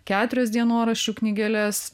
keturias dienoraščių knygeles